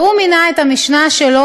והוא מינה את המשנה שלו,